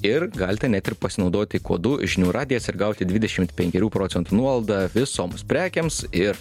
ir galite net ir pasinaudoti kodu žinių radijas ir gauti dvidešimt penkerių procentų nuolaidą visoms prekėms ir